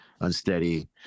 unsteady